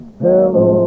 hello